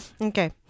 Okay